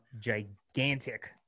gigantic